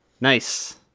Nice